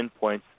endpoints